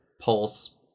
pulse